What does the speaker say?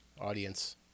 Audience